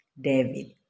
David